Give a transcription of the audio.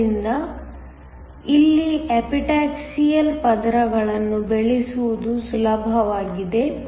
ಆದ್ದರಿಂದ ಇಲ್ಲಿ ಎಪಿಟಾಕ್ಸಿಯಲ್ ಪದರಗಳನ್ನು ಬೆಳೆಸುವುದು ಸುಲಭವಾಗಿದೆ